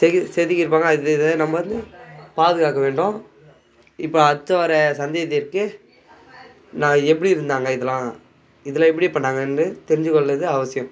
செதுக்கி செதுக்கியிருப்பாங்க அது இது நம்ம வந்து பாதுக்காக்க வேண்டும் இப்போ அடுத்து வர்ற சந்ததியருக்கு நான் எப்படி இருந்தாங்க இதெல்லாம் இதில் எப்படி பண்ணாங்கன்னு தெரிஞ்சு கொள்ளுவது அவசியம்